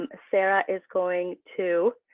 um sarah is going to